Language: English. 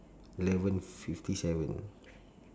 eleven fifty seven